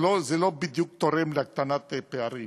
לא, זה לא בדיוק תורם להקטנת פערים.